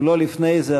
אם לא לפני זה,